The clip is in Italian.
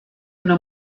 una